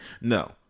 no